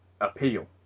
appeal